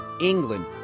England